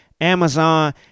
amazon